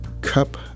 cup